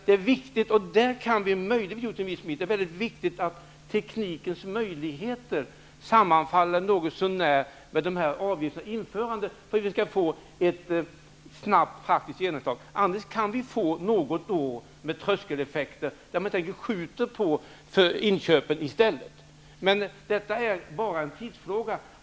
Det är mycket viktigt att teknikens möjligheter sammanfaller något så när med införandet av dessa avgifter, så att de får ett snabbt praktiskt genomslag; annars kan vi få tröskeleffekter, t.ex. att man skjuter upp inköpen. Men detta är bara en tidsfråga.